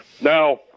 Now